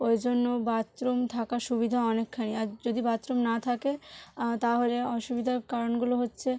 ওই জন্য বাথরুম থাকার সুবিধা অনেকখানি আর যদি বাথরুম না থাকে তাহলে অসুবিধার কারণগুলো হচ্ছে